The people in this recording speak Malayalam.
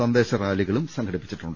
സന്ദേശ റാലികളും സംഘടിപ്പിച്ചിട്ടുണ്ട്